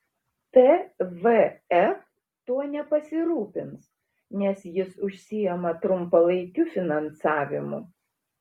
tvf tuo nepasirūpins nes jis užsiima trumpalaikiu finansavimu